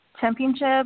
championship